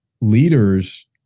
Leaders